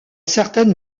certaines